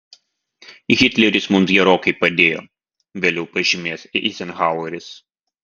hitleris mums gerokai padėjo vėliau pažymės eizenhaueris